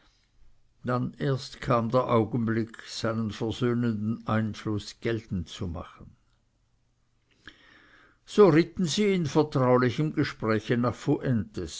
dann erst kam der augenblick seinen versöhnenden einfluß geltend zu machen so ritten sie in vertraulichem gespräche nach